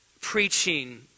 preaching